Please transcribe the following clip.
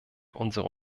unsere